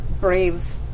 brave